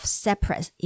separate